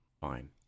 Fine